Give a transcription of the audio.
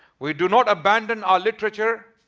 we do not abandon our literature,